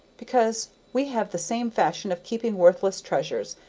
because we have the same fashion of keeping worthless treasures,